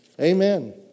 Amen